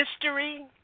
history